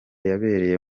yabereye